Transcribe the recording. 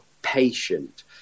patient